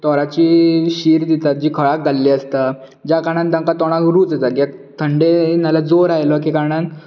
तोराची शीर दितात जी खळाक घाल्ली आसता ज्या कारणांत तांकां तोंडाक रूच येता जे थंडे ना जाल्यार जोर आयिल्ल्या कारणान